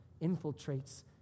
infiltrates